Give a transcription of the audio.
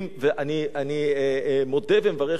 ואני מודה ומברך על כך,